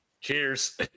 Cheers